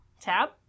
Tab